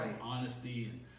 honesty